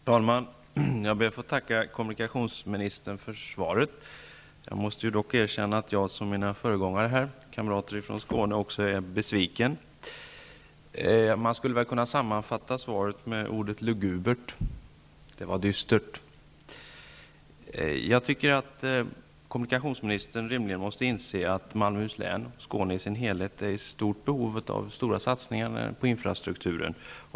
Herr talman! Jag ber att få tacka kommunikationsministern för svaret. Jag måste dock erkänna att jag, liksom mina kamrater från Skåne, är besviken. Man skulle kunna sammanfatta svaret med ordet lugubert -- det var dystert. Kommunikationsministern måste rimligen inse att Malmöhus län, Skåne i sin helhet, är i stort behov av stora satsningar på infrastrukturen.